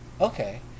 okay